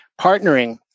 partnering